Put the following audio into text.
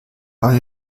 aber